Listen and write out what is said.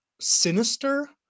sinister